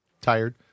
Tired